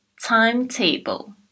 timetable